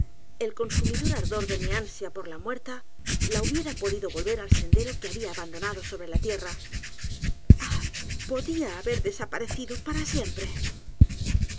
el consumidor ardor de mi ansia por la muerta la hubiera podido volver al sendero que había abandonado sobre la tierra ah podía haber desaparecido para siempre